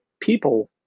people